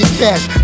cash